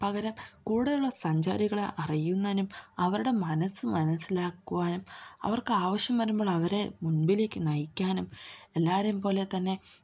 പകരം കൂടെയുള്ള സഞ്ചാരികളെ അറിയുന്നതിനും അവരുടെ മനസ്സ് മനസ്സിലാക്കുവാനും അവർക്കാവശ്യം വരുമ്പോൾ അവരെ മുമ്പിലേക്ക് നയിക്കാനും എല്ലാവരേയും പോലെ തന്നെ